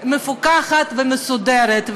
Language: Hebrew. מפוקחת ומסודרת.